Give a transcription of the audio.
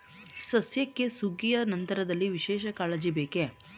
ಸಸ್ಯಕ್ಕೆ ಸುಗ್ಗಿಯ ನಂತರದಲ್ಲಿ ವಿಶೇಷ ಕಾಳಜಿ ಬೇಕೇ?